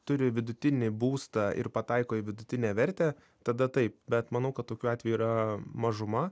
turi vidutinį būstą ir pataiko į vidutinę vertę tada taip bet manau kad tokių atvejų yra mažuma